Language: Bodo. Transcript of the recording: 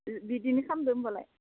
बिब्दिनो खालामदो होनबालाय